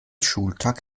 schultag